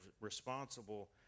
responsible